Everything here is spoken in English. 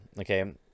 Okay